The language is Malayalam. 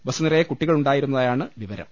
ബസ്സു നിറയെ കുട്ടികളുണ്ടായിരുന്നതായാണ് വിവരം